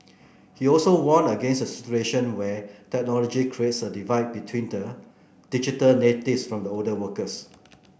he also warned against a situation where technology creates a divide between the digital natives from the older workers